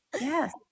yes